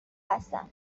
هستن